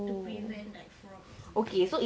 to prevent like fraud or something